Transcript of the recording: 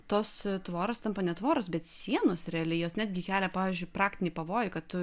tos tvoros tampa ne tvoros bet sienos realiai jos netgi kelia pavyzdžiui praktinį pavojų kad tu